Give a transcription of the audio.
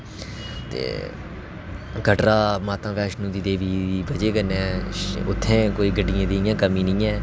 ते कटरा माता वैष्णो देवी दी बजह् कन्नै उत्थै इ'यां गड्डियें दी कोई कमीं निं ऐ